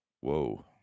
Whoa